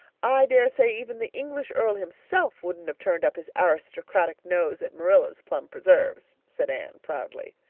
i daresay even the english earl himself wouldn't have turned up his aristocratic nose at marilla's plum preserves, said anne proudly.